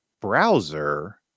browser